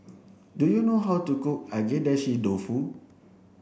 do you know how to cook Agedashi Dofu